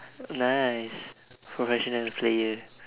nice professional player